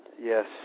Yes